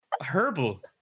Herbal